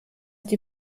die